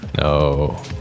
No